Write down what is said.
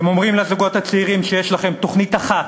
אתם אומרים לזוגות הצעירים שיש לכם תוכנית אחת,